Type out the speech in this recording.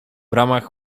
ramach